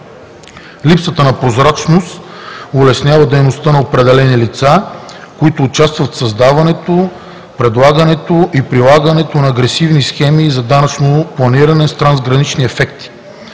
Липсата на прозрачност улеснява дейността на определени лица, които участват в създаването, предлагането и прилагането на агресивни схеми за данъчно планиране с трансгранични ефекти.